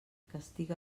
castiga